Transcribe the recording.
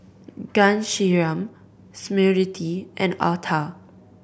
Ghanshyam Smriti and Atal